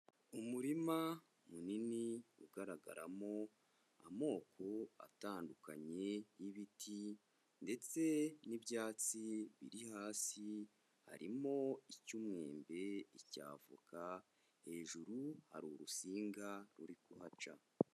Umurima munini ugaragaramo amoko atandukanye y'ibiti ndetse n'ibyatsi biri hasi, harimo icy'umwembe, icy'avoka, hejuru hari urusinga ruri kuhaca.